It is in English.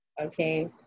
Okay